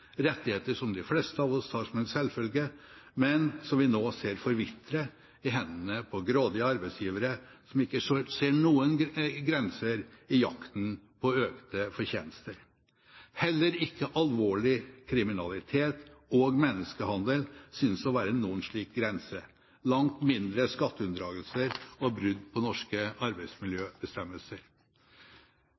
rettigheter som de fleste av oss tar som en selvfølge, men som vi nå ser forvitrer i hendene på grådige arbeidsgivere som ikke ser noen grenser i jakten på økte fortjenester. Heller ikke alvorlig kriminalitet og menneskehandel synes å være noen slik grense, langt mindre skatteunndragelser og brudd på norske arbeidsmiljøbestemmelser.